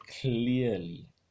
clearly